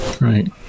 right